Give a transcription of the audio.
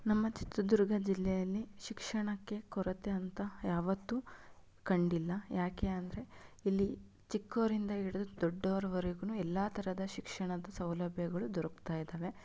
ನಮ್ಮ ಚಿತ್ರದುರ್ಗ ಜಿಲ್ಲೆಯಲ್ಲಿ ಶಿಕ್ಷಣಕ್ಕೆ ಕೊರತೆ ಅಂತ ಯಾವತ್ತೂ ಕಂಡಿಲ್ಲ ಯಾಕೆ ಅಂದರೆ ಇಲ್ಲಿ ಚಿಕ್ಕವರಿಂದ ಹಿಡಿದು ದೊಡ್ಡೋರ್ವರೆಗೂನು ಎಲ್ಲ ಥರದ ಶಿಕ್ಷಣದ ಸೌಲಭ್ಯಗಳು ದೊರಕ್ತಾ ಇದ್ದಾವೆ